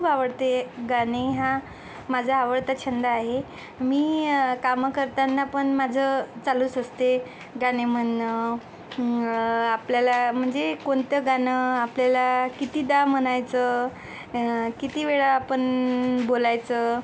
खूप आवडते गाणे हा माझा आवडता छंद आहे मी कामं करताना पण माझं चालूच असते गाणे म्हणणं आपल्याला म्हणजे कोणतं गाणं आपल्याला कितीदा म्हणायचं कितीवेळा आपण बोलायचं